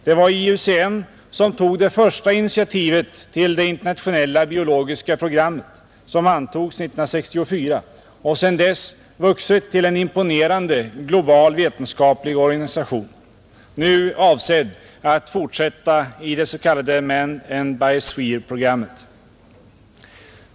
Det var IUCN som tog initiativet till Internationella biologiska programmet, som antogs 1964, och som sedan dess vuxit till en imponerande global vetenskaplig organisation, nu avsedd att fortsätta i det s.k. Man and Biosphere-programmet.